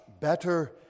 better